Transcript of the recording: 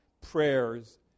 prayers